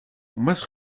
más